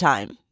time